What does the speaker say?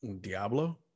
Diablo